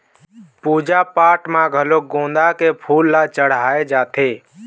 पूजा पाठ म घलोक गोंदा के फूल ल चड़हाय जाथे